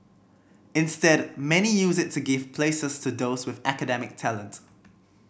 instead many use it to give places to those with academic talent